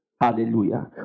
hallelujah